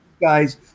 guys